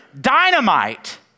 dynamite